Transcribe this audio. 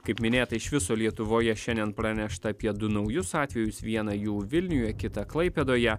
kaip minėta iš viso lietuvoje šiandien pranešta apie du naujus atvejus vieną jų vilniuje kitą klaipėdoje